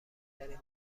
ترین